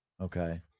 Okay